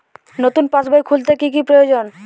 নতুন পাশবই খুলতে কি কি প্রয়োজন?